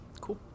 cool